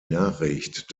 nachricht